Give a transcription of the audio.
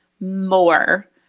more